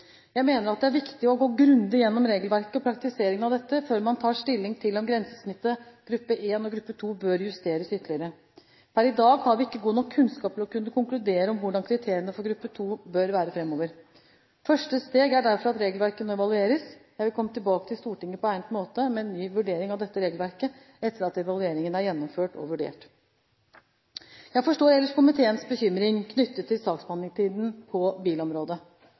Jeg mener det er viktig å gå grundig gjennom regelverket og praktiseringen av dette før man tar stilling til om grensesnittet mellom gruppe 1 og gruppe 2 bør justeres ytterligere. Per i dag har vi ikke god nok kunnskap til å kunne konkludere om hvordan kriteriene for gruppe 2 bør være framover. Første steg er derfor at regelverket nå evalueres. Jeg vil komme tilbake til Stortinget på egnet måte med en ny vurdering av dette regelverket etter at evalueringen er gjennomført og vurdert. Jeg forstår ellers komiteens bekymring knyttet til saksbehandlingstiden på bilområdet. Omorganisering av saksbehandlingen på bilområdet